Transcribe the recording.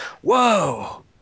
whoa